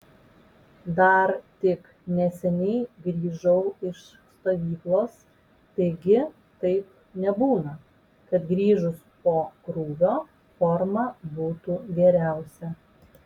dar tik neseniai grįžau iš stovyklos taigi taip nebūna kad grįžus po krūvio forma būtų geriausia